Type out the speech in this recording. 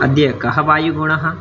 अद्य कः वायुगुणः